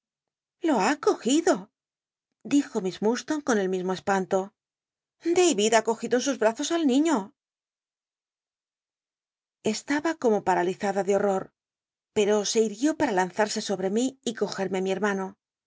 lo ha cogido dijo miss lllurdstone con el mismo espanto david ha cogido en sus brazos al niño estaba como paralizada de horror pero se irguió para lanzarse sobre mi y cogerme mi hermano